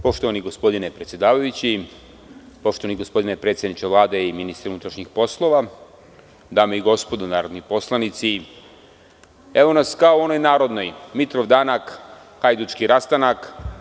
Poštovani gospodine predsedavajući, poštovani gospodine predsedniče Vlade i ministre unutrašnjih poslova, dame i gospodo narodni poslanici, evo nas kao u onoj narodnoj – Mitrov danak – hajdučki rastanak.